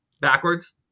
backwards